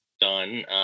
done